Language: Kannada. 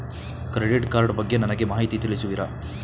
ಕ್ರೆಡಿಟ್ ಕಾರ್ಡ್ ಬಗ್ಗೆ ಮಾಹಿತಿ ತಿಳಿಸುವಿರಾ?